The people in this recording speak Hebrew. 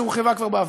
שהורחב בה כבר בעבר.